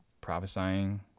prophesying